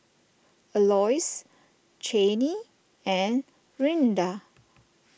Aloys Chanie and Rinda